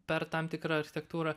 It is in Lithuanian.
per tam tikrą architektūrą